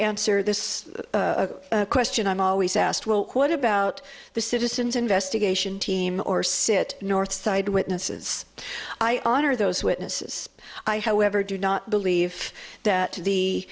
answer this question i'm always asked well what about the citizens investigation team or sit north side witnesses i honor those witnesses i however do not believe that the